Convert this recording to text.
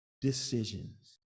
decisions